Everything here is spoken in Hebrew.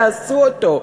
תעשו אותו.